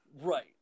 Right